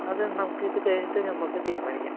അത് നമുക്ക് ഇത് കഴിഞ്ഞിട്ട് നമ്മൾക്ക് തീരുമാനിക്കാം